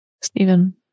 Stephen